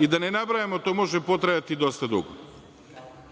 Da ne nabrajamo, to može potrajati dosta